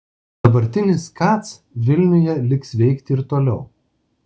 dabartinis kac vilniuje liks veikti ir toliau